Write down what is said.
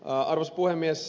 arvoisa puhemies